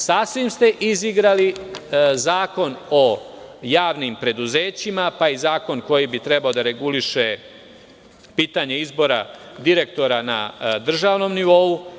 Sasvim ste izigrali Zakon o javnim preduzećima, pa i zakon koji bi trebao da reguliše pitanje izbora direktora na državnom nivou.